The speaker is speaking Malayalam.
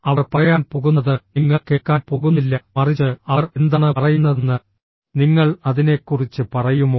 അവർ പറയാൻ പോകുന്നത് നിങ്ങൾ കേൾക്കാൻ പോകുന്നില്ല മറിച്ച് അവർ എന്താണ് പറയുന്നതെന്ന് നിങ്ങൾ അതിനെക്കുറിച്ച് പറയുമോ